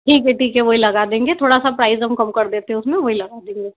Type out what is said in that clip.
ठीक है ठीक है वही लगा देंगे थोड़ा सा प्राइज़ हम कम कर देते हैं उसमें वही लगा देंगे